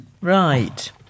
Right